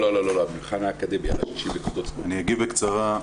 אני אגיב בקצרה.